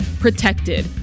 protected